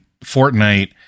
Fortnite